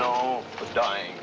no dying